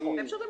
נכון.